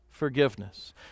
forgiveness